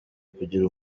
kugira